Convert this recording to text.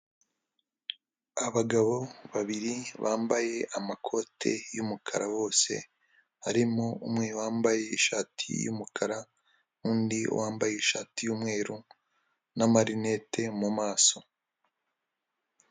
Abagabo babiri bambaye amakote y'umukara bose harimo umwe wambaye ishati y'umukara n'undi wambaye ishati y'umweru n'amarinete mumaso.